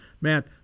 Matt